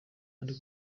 ari